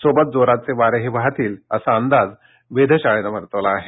सोबत जोराचे वारेही वाहतील असा अंदाज वेधशाळेनं वर्तवला आहे